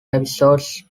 episodes